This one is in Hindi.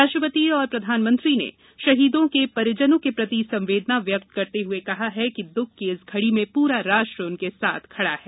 राष्ट्रपति और प्रधानमंत्री ने शहीदों के परिजनों के प्रति संवेदना व्यक्त करते हुए कहा है कि दुख की इस घड़ी में पूरा राष्ट्र उनके साथ खड़ा है